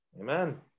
amen